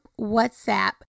WhatsApp